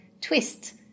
twist